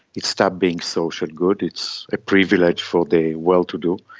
it stopped being social good, it's a privilege for the well-to-do,